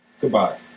Goodbye